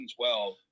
2012